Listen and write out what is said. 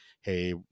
hey